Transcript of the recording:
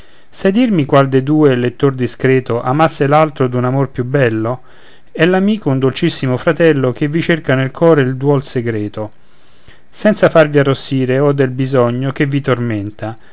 sai dirmi qual dei due lettor discreto amasse l'altro d'un amor più bello è l'amico un dolcissimo fratello che vi cerca nel core il duol segreto senza farvi arrossire ode il bisogno che vi tormenta